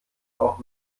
auch